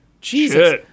Jesus